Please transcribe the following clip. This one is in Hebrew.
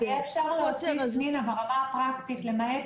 אז יהיה אפשר להוסיף ברמה הפרקטית: למעט